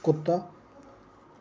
कुत्ता